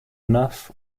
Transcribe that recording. enough